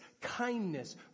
kindness